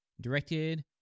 directed